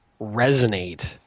resonate